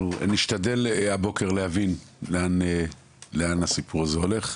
אנחנו נשתדל הבוקר להבין לאן הסיפור הזה הולך,